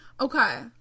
Okay